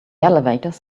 elevators